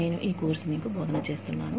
నేను ఈ కోర్సు మీకు బోధన చేస్తున్నాను